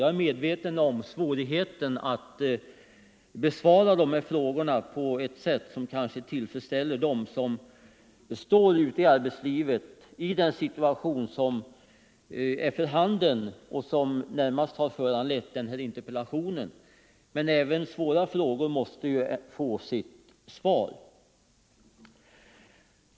Jag är medveten om svårigheten att besvara dessa frågor på ett sätt som kan tillfredsställa dem som står ute i arbetslivet i den situation som är för handen och som närmast har föranlett min interpellation. Men även svåra frågor måste ju få sitt svar.